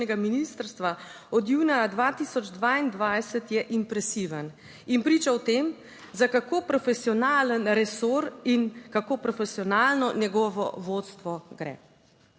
ministrstva od junija 2022 je impresiven in priča o tem za kako profesionalen resor in kako profesionalno njegovo vodstvo gre.